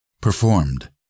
performed